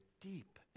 deep